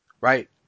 right